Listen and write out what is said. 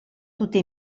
tutti